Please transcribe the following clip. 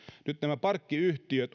nyt näistä parkkiyhtiöistä